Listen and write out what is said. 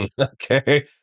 Okay